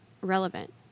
relevant